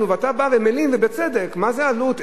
ואתה בא ומלין, ובצדק, מה זה עלות?